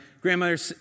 grandmother